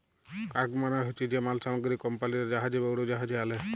cargo মালে হছে যে মাল সামগ্রী কমপালিরা জাহাজে বা উড়োজাহাজে আলে